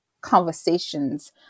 conversations